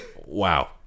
wow